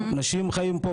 אנשים חיים פה,